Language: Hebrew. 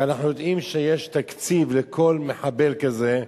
הרי אנחנו יודעים שיש תקציב לכל מחבל כזה.